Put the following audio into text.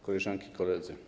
Koleżanki i Koledzy!